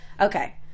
Okay